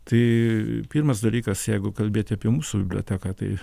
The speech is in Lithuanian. tai pirmas dalykas jeigu kalbėti apie mūsų biblioteką tai